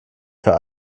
für